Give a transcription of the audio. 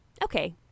okay